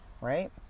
right